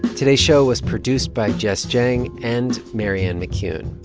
today's show was produced by jess jiang and marianne mccune.